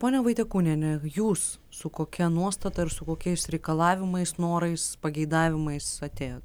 ponia vaitekūniene jūs su kokia nuostata ir su kokiais reikalavimais norais pageidavimais atėjot